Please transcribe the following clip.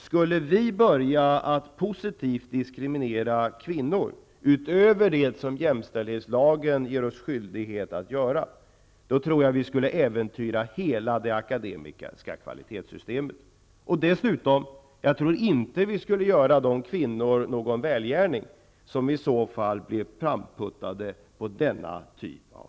Skulle vi börja att positivt diskriminera kvinnor, utöver det som jämställdhetslagen ger oss skyldighet att göra, tror jag att vi skulle äventyra hela det akademiska kvalitetssystemet. Dessutom tror jag inte att vi skulle göra de kvinnor någon välgärning som i så fall blev framputtade på detta sätt.